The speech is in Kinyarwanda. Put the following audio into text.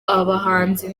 abahanzi